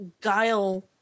guile